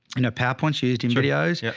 you know, powerpoints used in videos. yeah.